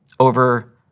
over